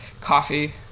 coffee